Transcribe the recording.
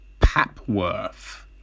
Papworth